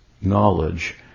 knowledge